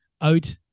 out